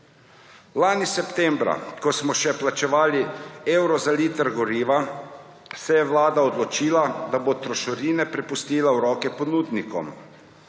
Lani septembra, ko smo še plačevali evro za liter goriva, se je vlada odločila, da bo trošarine prepustila v roke ponudnikom.